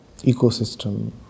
ecosystem